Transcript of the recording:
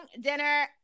dinner